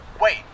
Wait